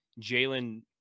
Jalen